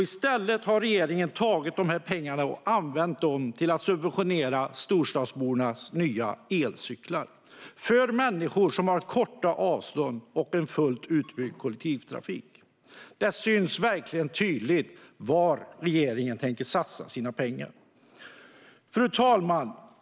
I stället har regeringen tagit de pengarna och använt dem till att subventionera storstadsbornas nya elcyklar, för människor som har korta avstånd och en fullt utbyggd kollektivtrafik. Det syns verkligen tydligt var regeringen tänker satsa sina pengar. Fru talman!